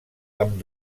amb